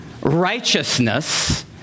righteousness